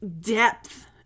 depth